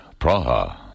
Praha